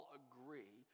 agree